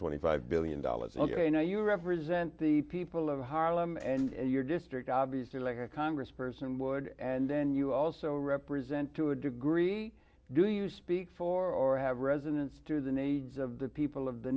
twenty five billion dollars ok i know you represent the people of harlem and your district obviously like a congressperson would and you also represent to a degree do you speak for or have residence through the needs of the people of the